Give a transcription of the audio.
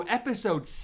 episode